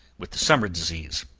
with the summer disease,